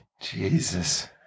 Jesus